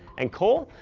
and coal?